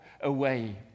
away